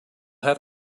have